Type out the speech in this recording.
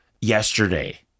Yesterday